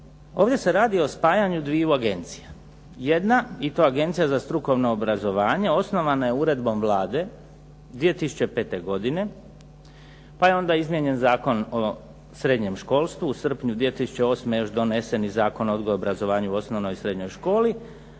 Ovdje se radi o spajanju dviju agencija. Jedna i to Agencija za strukovno obrazovanje osnovana je uredbom Vlade 2005. godine, pa je onda izmijenjen Zakon o srednjem školstvu. U srpnju 2008. je još donesen i Zakon o odgoju i obrazovanju u osnovnoj i srednjoj školi,